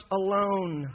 alone